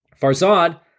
Farzad